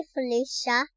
Felicia